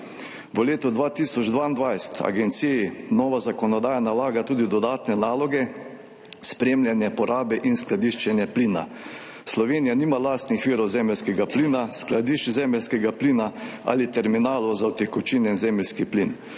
V letu 2022 agenciji nova zakonodaja nalaga tudi dodatne naloge ─ spremljanje porabe in skladiščenje plina. Slovenija nima lastnih virov zemeljskega plina, skladišč zemeljskega plina ali terminalov za utekočinjen zemeljski plin.